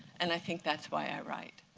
and i think that's why i write.